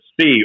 See